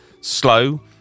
slow